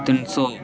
तिन्न सौ